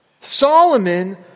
Solomon